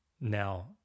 Now